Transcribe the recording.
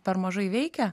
per mažai veikia